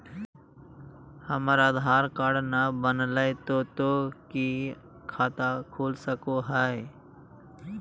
हमर आधार कार्ड न बनलै तो तो की खाता खुल सको है?